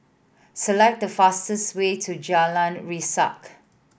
select the fastest way to Jalan Resak